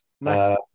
Nice